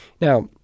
Now